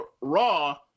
Raw